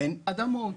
אין אדמות.